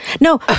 No